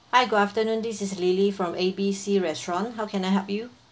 hi good afternoon this is lily from A B C restaurant how can I help you